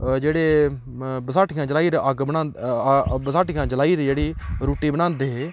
जेह्ड़े बसाठियां जलाई र अग्ग बानादियां बसाठियां जलाई र जेह्ड़ी रुट्टी बनांदे हे